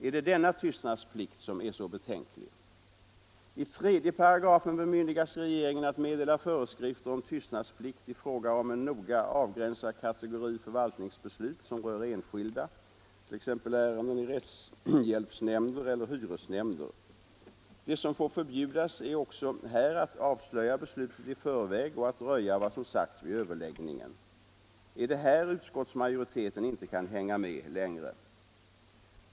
Är det denna tystnadsplikt som är så betänklig? I 3§ bemyndigas regeringen att meddela föreskrifter om tystnadsplikt i fråga om en noga avgränsad kategori förvaltningsbeslut som rör enskilda, t.ex. ärenden i rättshjälpsnämnder eller hyresnämnder. Det som får förbjudas är också här att avslöja beslutet i förväg och att röja vad som sagts vid överläggningen. Är det här utskottsmajoriteten inte kan hänga med längre?